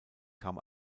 kam